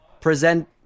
present